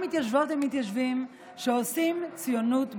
מתיישבות ומתיישבים שעושים ציונות ברגליים,